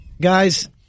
Guys